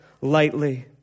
lightly